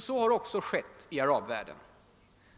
Så har också skett i arabvärlden.